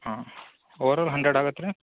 ಹಾಂ overall hundred ಆಗತ್ತೆ ರೀ